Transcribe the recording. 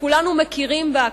שכולנו מכירים בה,